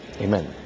Amen